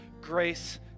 grace